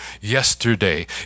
Yesterday